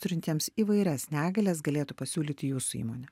turintiems įvairias negalias galėtų pasiūlyti jūsų įmonė